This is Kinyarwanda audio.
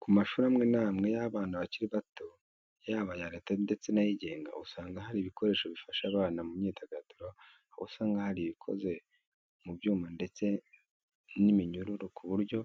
Ku mashuri amwe n'amwe y'abana bakiri bato, yaba aya Leta ndetse n'ayigenga, usanga hari ibikoresho bifasha abana mu myidagaduro, aho usanga hari ibikoze mu byuma ndetse n'iminyururu ku buryo